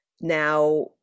now